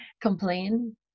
complain